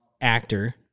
actor